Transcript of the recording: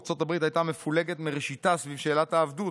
ארצות הברית הייתה מפולגת מראשיתה סביב שאלת העבדות.